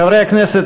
חברי הכנסת,